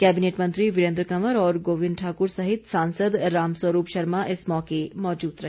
cabinet मंत्री वीरेन्द्र कंवर और गोविंद ठाकुर सहित सांसद रामस्वरूप शर्मा इस मौके मौजूद रहे